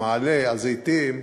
במעלה-הזיתים,